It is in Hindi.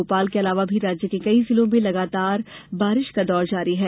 भोपाल के अलावा भी राज्य के कई जिलों में लगातार बारिश का दौर जारी है